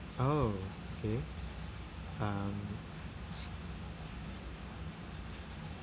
oh okay um